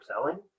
selling